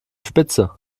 spitze